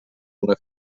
una